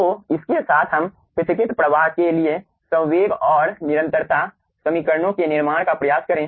तो इसके साथ हम पृथक्कृत प्रवाह के लिए संवेग और निरंतरता समीकरणों के निर्माण का प्रयास करें